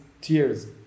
tears